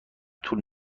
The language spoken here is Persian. طول